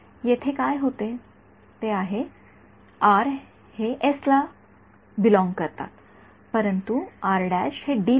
येथे काय होते ते आहे परंतु